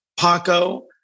Paco